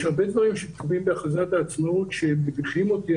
יש דברים שכתובים בהכרזת העצמאות שהם מביכים אותי,